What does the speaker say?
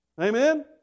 Amen